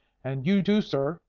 and you too, sir,